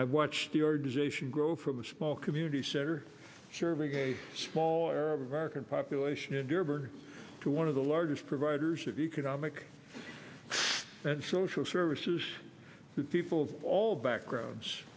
i've watched the organization grow from a small community center serving a small arab american population ever to one of the largest providers of economic and social services to people of all backgrounds